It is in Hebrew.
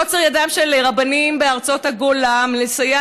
קוצר ידם של רבנים בארצות הגולה לסייע